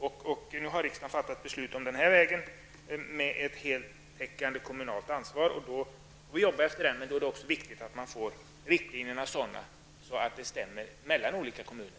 Riksdagen har nu fattat beslut om att det skall ske med ett heltäckande kommunalt ansvar, men det är då viktigt att riktlinjerna är sådana att de stämmer mellan olika kommuner.